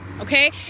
Okay